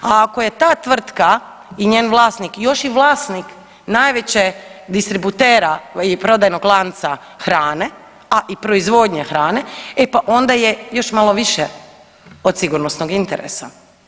A ako je ta tvrtka i njen vlasnik još i vlasnik najveće distributera i prodajnog lanca hrane, a i proizvodnja hrane e pa onda je još malo više od sigurnosnog interesa.